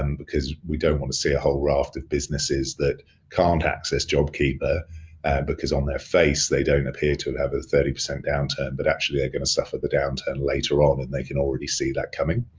and because we don't wanna see a whole raft of businesses that can't access jobkeeper because on their face they don't appear to have a thirty percent downturn but actually are ah gonna suffer the downturn later on and they can already see that coming.